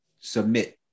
submit